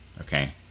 okay